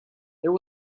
there